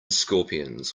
scorpions